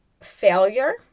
failure